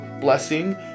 blessing